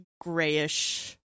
grayish